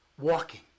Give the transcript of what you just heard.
walking